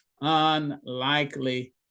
unlikely